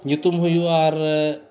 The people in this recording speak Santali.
ᱧᱩᱛᱩᱢ ᱦᱩᱭᱩᱜ ᱟᱨ